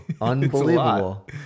Unbelievable